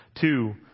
Two